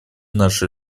наши